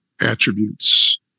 attributes